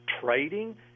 trading